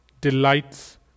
delights